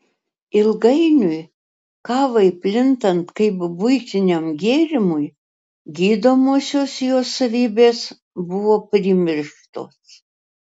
ilgainiui kavai plintant kaip buitiniam gėrimui gydomosios jos savybės buvo primirštos